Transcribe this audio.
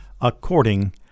according